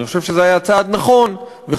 אני חושב שזה היה צעד נכון וחשוב,